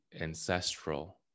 ancestral